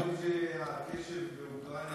נראה לי שהקשב באוקראינה,